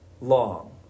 long